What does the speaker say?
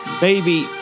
Baby